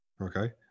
Okay